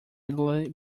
immediately